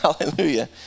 Hallelujah